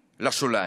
לשוליים.